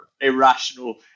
irrational